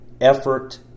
Effort